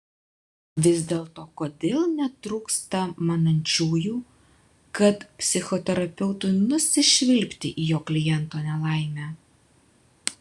vis dėlto kodėl netrūksta manančiųjų kad psichoterapeutui nusišvilpti į jo kliento nelaimę